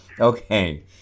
Okay